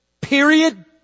period